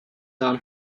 down